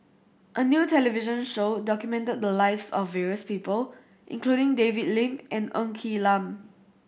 a new television show documented the lives of various people including David Lim and Ng Quee Lam